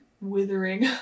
withering